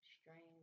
strange